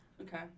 Okay